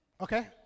Okay